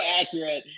accurate